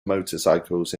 motorcycles